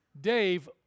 Dave